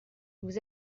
vous